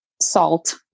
salt